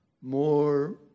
more